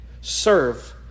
serve